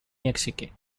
мексики